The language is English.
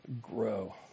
grow